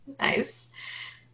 nice